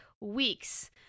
weeks